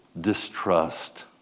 distrust